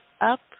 up